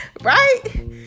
right